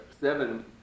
seven